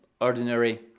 ordinary